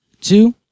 two